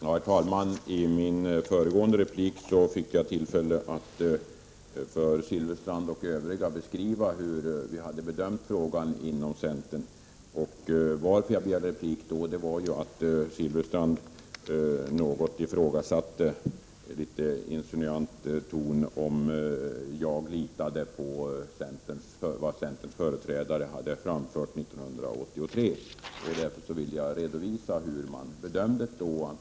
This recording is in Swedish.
Herr talman! I min föregående replik fick jag tillfälle att för Bengt Silfverstrand och övriga beskriva hur vi hade bedömt frågan inom centern. Jag be gärde replik då för att Bengt Silfverstrand något ifrågasatte, i insinuant ton, om jag litade på vad centerns företrädare hade framfört 1983. Därför vill jag redovisa hur man bedömde det då.